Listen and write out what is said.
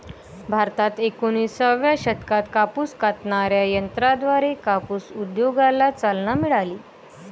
भारतात एकोणिसाव्या शतकात कापूस कातणाऱ्या यंत्राद्वारे कापूस उद्योगाला चालना मिळाली